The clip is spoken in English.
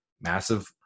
massive